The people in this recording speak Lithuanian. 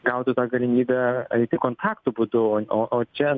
gautų galimybę eiti kontakto būdu o o čia